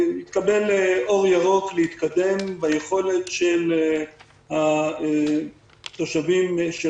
התקבל אור ירוק להתקדם ביכולת של התושבים של